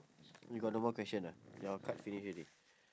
you got no more question ah your card finish already